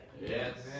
Yes